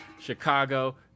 Chicago